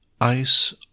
ice